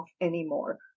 anymore